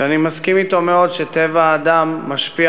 ואני מסכים אתו מאוד שטבע האדם משפיע